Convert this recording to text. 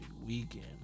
weekend